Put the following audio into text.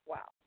Wow